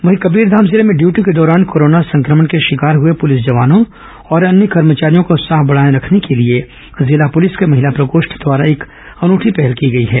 वहीं कबीरधाम जिले में इयूटी के दौरान कोरोना संक्रमण के शिकार हुए पुलिस जवानों और अन्य कर्मचारियों का उत्साह बनाए रखने के लिए जिला पुलिस के महिला प्रकोष्ठ द्वारा एक अन्ती पहल की गई है